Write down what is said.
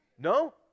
No